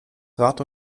rat